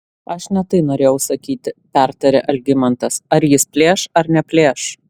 aš ne tai norėjau sakyti pertarė algimantas ar jis plėš ar neplėš